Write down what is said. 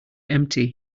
empty